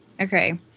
Okay